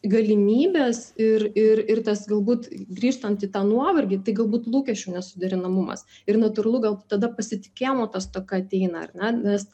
galimybes ir ir ir tas galbūt grįžtant į tą nuovargį tai galbūt lūkesčių nesuderinamumas ir natūralu gal tada pasitikėjimo ta stoka ateina ar ne nes